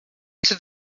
into